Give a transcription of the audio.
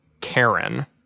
Karen